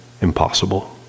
impossible